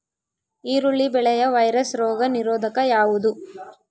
ಈರುಳ್ಳಿ ಬೆಳೆಯ ವೈರಸ್ ರೋಗ ನಿರೋಧಕ ಯಾವುದು?